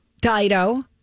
Dido